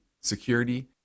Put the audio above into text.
security